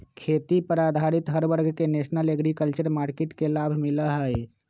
खेती पर आधारित हर वर्ग के नेशनल एग्रीकल्चर मार्किट के लाभ मिला हई